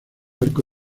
arco